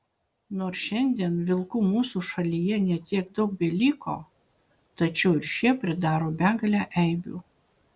nors šiandien vilkų mūsų šalyje ne tiek daug beliko tačiau ir šie pridaro begalę eibių